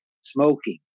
smoking